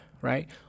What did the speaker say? Right